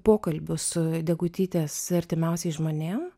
pokalbiu su degutytės artimiausiais žmonėm